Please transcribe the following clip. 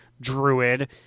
druid